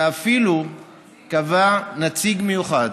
ואפילו קבע נציג מיוחד